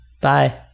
bye